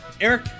Eric